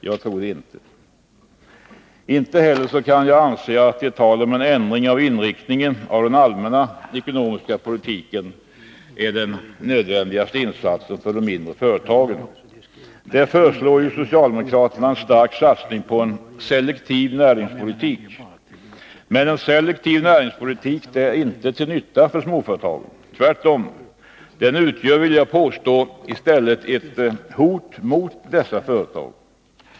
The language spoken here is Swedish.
Jag tror inte det. Jag kan inte heller förstå ert tal om att en ändring av inriktningen av den allmänna ekonomiska politiken är den nödvändigaste insatsen för de mindre företagen. Där föreslår ni ju en stark satsning på en selektiv näringspolitik. Men en selektiv näringspolitik är inte till nytta för småföretagen, tvärtom. Den utgör, vill jag påstå, i stället ett hot mot dessa företag.